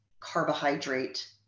carbohydrate